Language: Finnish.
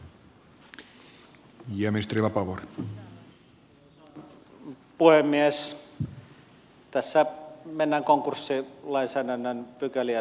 tässä mennään konkurssilainsäädännön pykälien mukaisesti